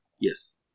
Yes